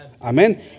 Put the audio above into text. Amen